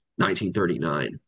1939